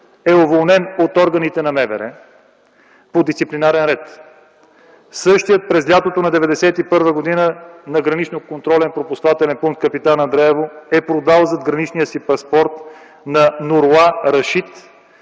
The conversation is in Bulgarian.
е уволнен от органите на МВР по дисциплинарен ред. Същият през лятото на 1991 г. на Граничния контролно-пропускателен пункт „Капитан Андреево” е продал задграничния си паспорт на Нуроа Рашид,